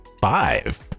five